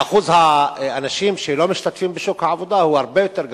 אחוז האנשים שלא משתתפים בשוק העבודה הוא הרבה יותר גדול,